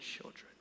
children